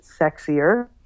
sexier